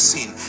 Sin